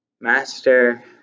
Master